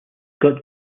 got